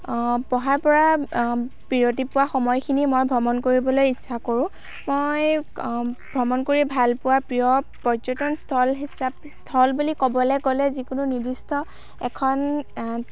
পঢ়াৰ পৰা বিৰতি পোৱা সময়খিনি মই ভ্ৰমণ কৰিবলৈ ইচ্ছা কৰোঁ মই ভ্ৰমণ কৰি ভালপোৱা প্ৰিয় পৰ্য্য়টন স্থল হিচাপে স্থল বুলি ক'বলৈ গ'লে যিকোনো নিৰ্দিষ্ট এখন